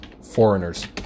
foreigners